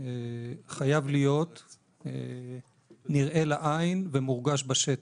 חייב להיות נראה לעין ומורגש בשטח.